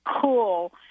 cool